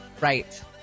Right